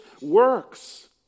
works